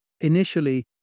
Initially